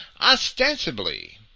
Ostensibly